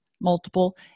multiple